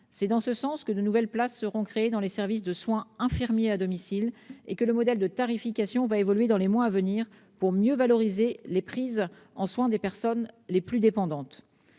C'est pourquoi de nouvelles places seront créées dans les services de soins infirmiers à domicile et le modèle de tarification évoluera dans les mois à venir, pour mieux valoriser la prise en soin des personnes les plus dépendantes.